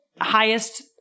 highest